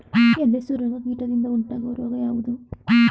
ಎಲೆ ಸುರಂಗ ಕೀಟದಿಂದ ಉಂಟಾಗುವ ರೋಗ ಯಾವುದು?